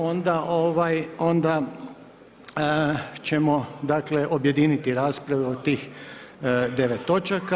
Onda ovaj, onda ćemo, dakle, objediniti raspravu o tih 9 točaka.